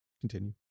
Continue